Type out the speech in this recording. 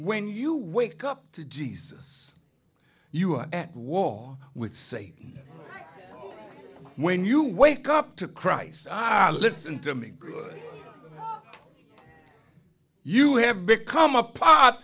when you wake up to jesus you are at war with satan when you wake up to christ i listen to me good god you have become a part